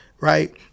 right